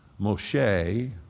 Moshe